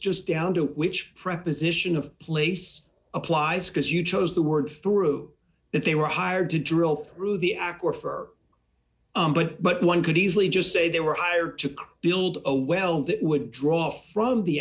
just down to which prep is ition of place applies because you chose the word through that they were hired to drill through the aquifer but one could easily just say they were hired to build a well that would draw from the